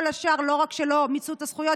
כל השאר לא רק שלא מיצו את הזכויות,